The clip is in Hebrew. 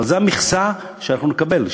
אבל זו המכסה שנקבל,